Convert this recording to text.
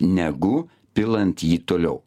negu pilant jį toliau